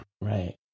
right